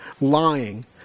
lying